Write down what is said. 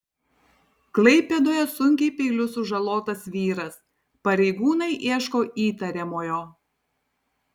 klaipėdoje sunkiai peiliu sužalotas vyras pareigūnai ieško įtariamojo